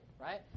right